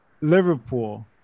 Liverpool